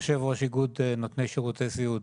אני יושב ראש ארגון נותני שירותי סיעוד.